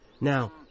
Now